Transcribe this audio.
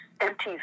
empty